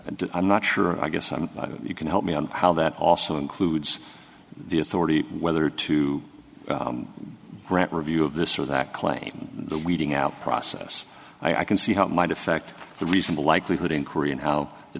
and i'm not sure i guess i'm you can help me on how that also includes the authority whether to grant review of this or that claim the weeding out process i can see how it might affect the reasonable likelihood inquiry and how the